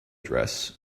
dress